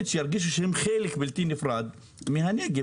שם קוד שנמצא בדרך כלל על הכביש,